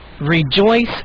Rejoice